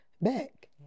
back